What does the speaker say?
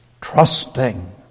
trusting